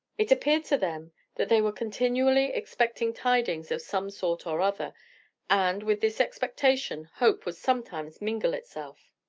it appeared to them that they were continually expecting tidings of some sort or other and, with this expectation, hope would sometimes mingle itself.